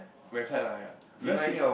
website lah ya because it's